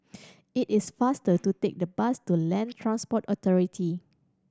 it is faster to take the bus to Land Transport Authority